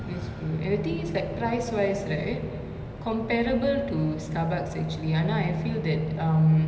that's true and the thing is like price wise right comparable to starbucks actually ஆனா:aana I feel that um